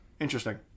Interesting